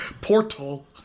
Portal